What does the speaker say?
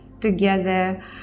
together